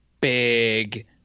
big